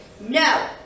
No